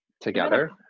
together